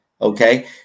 Okay